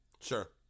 sure